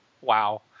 Wow